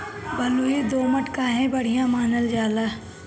बलुई दोमट काहे बढ़िया मानल जाला?